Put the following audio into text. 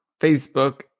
facebook